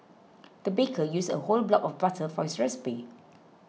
the baker used a whole block of butter for his recipe